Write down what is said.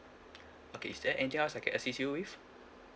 okay is there anything else I can assist you with